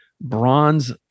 bronze